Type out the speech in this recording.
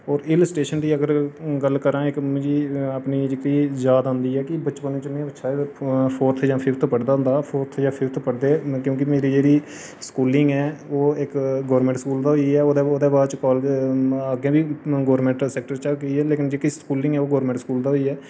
होर hill station दी अगर गल्ल करां इक मिगी अपनी जेह्की याद आंदी ऐ कि बचपन च में शायद फोर्थ जां फिफ्थ पढ़दा होंदा हा फोर्थ जां फिफ्थ पढ़दे हे क्योंकि मेरी जेह्ड़ी स्कूलिंग ऐ ओह् इक गौरमैंट स्कूल दा होई ऐ ओह्दे बाद च कालेज अग्गें बी गौरमैंट सैक्टर च गै लेकिन जेह्की स्कूलिंग ऐ ओह् गौरमैंट स्कूल दा गै होई ऐ